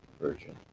virgin